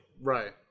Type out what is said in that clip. Right